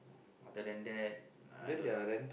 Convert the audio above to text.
other than that I don't know